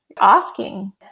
asking